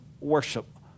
worship